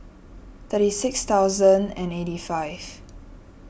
thirty six thousand and eighty five